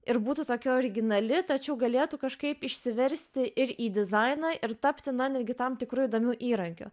ir būtų tokia originali tačiau galėtų kažkaip išsiversti ir į dizainą ir tapti na netgi tam tikru įdomiu įrankiu